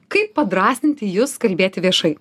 kaip padrąsinti jus kalbėti viešai